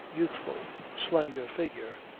youthful, slender figure.